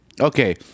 okay